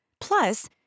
Plus